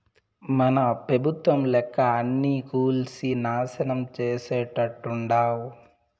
మన పెబుత్వం లెక్క అన్నీ కూల్సి నాశనం చేసేట్టుండావ్